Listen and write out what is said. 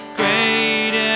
great